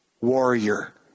warrior